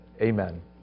Amen